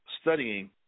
studying